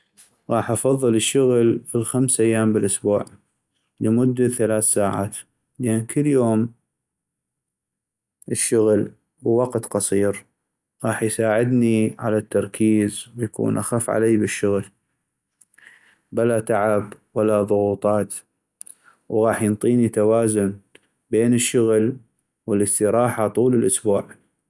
غاح افضل الشغل ( لخمس ايام بالاسبوع لمدة ثلاث ساعات)لان كل يوم الشغل ووقت قصير غاح يساعدني على التركيز ويكون اخف عليي بالشغل بلا تعب ولا ضغوطات وغاح ينطيني توازن بين الشغل والاستراحة طول الأسبوع.